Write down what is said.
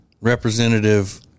Representative